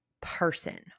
person